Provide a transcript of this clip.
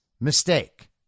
mistake